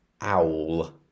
owl